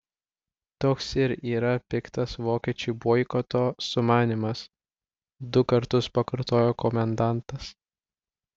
toks ir yra piktas vokiečių boikoto sumanymas du kartus pakartojo komendantas